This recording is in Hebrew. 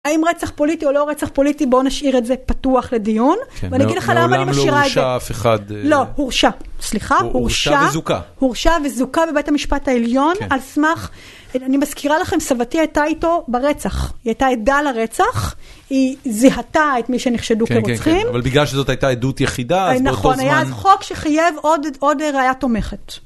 האם רצח פוליטי או לא רצח פוליטי, בואו נשאיר את זה פתוח לדיון. ואני אגיד לך למה אני משאירה את זה. מעולם לא הורשע אף אחד. לא, הורשע. סליחה. הורשע וזוכה. הורשע וזוכה בבית המשפט העליון. כן. אז סמך, אני מזכירה לכם, סבתי הייתה איתו ברצח. היא הייתה עדה לרצח. היא זיהתה את מי שנחשדו כרוצחים. אבל בגלל שזאת הייתה עדות יחידה, אז באותו זמן... נכון, היה אז חוק שחייב עוד ראיית תומכת.